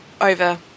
over